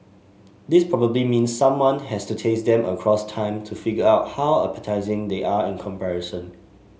this probably means someone has to taste them across time to figure out how appetising they are in comparison